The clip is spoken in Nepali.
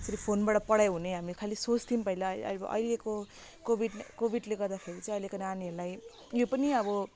यसरी फोनबाट पढाइ हुने हामी खाली सोच्थ्यौं पहिला ऐ ऐ अहिलेको कोभिड कोभिडले गर्दाखेरि चाहिँ अहिलेको नानीहरूलाई यो पनि अब